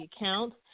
account